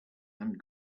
and